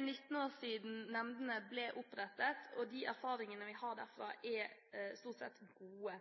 19 år siden nemndene ble opprettet, og erfaringene vi har derfra, er stort sett gode.